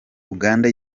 uganda